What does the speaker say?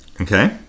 Okay